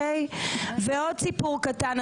ועוד סיפור קטן,